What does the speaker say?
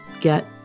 get